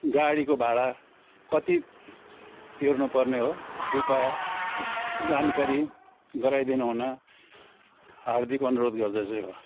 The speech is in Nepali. गाडीको भाडा कति तिर्नुपर्ने हो कृपया जानकारी गराइदिनहुन हार्दिक अनुरोध गर्दछु